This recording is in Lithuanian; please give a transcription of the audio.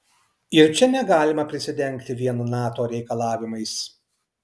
ir čia negalima prisidengti vien nato reikalavimais